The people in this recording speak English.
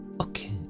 Okay